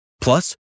Plus